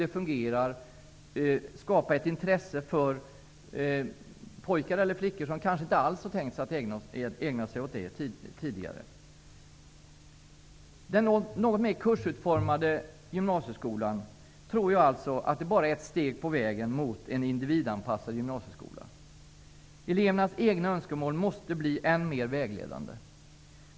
Dessa kurser kan skapa ett intresse hos både pojkar och flickor som tidigare inte alls hade tänkt ägna sig åt ett sådant ämne. Den något mer kursutformade gymnasieskolan tror jag bara är ett steg på vägen mot en individanpassad gymnasieskola. Elevernas egna önskemål måste bli än mer vägledande.